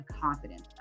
confidence